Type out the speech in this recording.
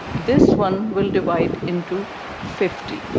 this one will divide into fifty,